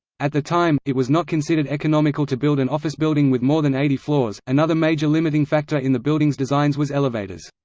at the time, it was not considered economical to build an office building with more than eighty floors another major limiting factor in the buildings' designs was elevators.